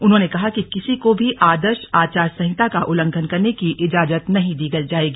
उन्होंने कहा कि किसी को भी आदर्श आचार संहिता का उल्लंघन करने की इजाजत नहीं दी जाएगी